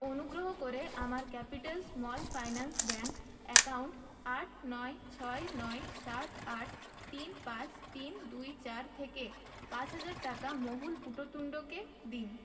অনুগ্রহ করে আমার capital small finance bank account আট নয় ছয় নয় সাত আট তিন পাঁচ তিন দুই চার থেকে পাঁচ হাজার টাকা মহুল পূততুণ্ডকে দিন